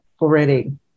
already